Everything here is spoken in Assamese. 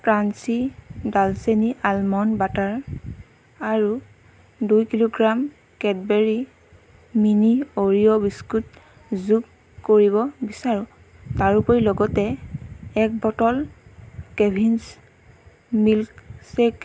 ক্ৰাঞ্চি ডালচেনি আলমণ্ড বাটাৰ আৰু দুই kilogram Cadbury mini Oreo biscuit যোগ কৰিব বিচাৰোঁ তাৰোপৰি লগতে এক বটল কেভিন্ছ মিলকশ্বেক